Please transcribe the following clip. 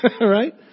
Right